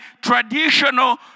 traditional